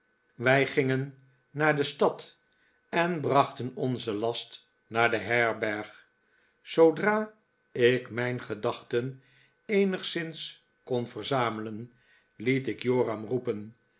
wij gingen naar de stad en brachten onzen last naar de herberg zoodra ik mijn gedachten eenigszins kon verzamelen liet ik joram roepen